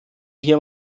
hier